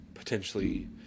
Potentially